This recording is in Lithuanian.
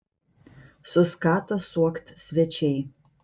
suskato suokt svečiai